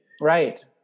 Right